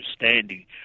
understanding